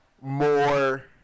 more